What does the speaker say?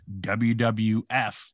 WWF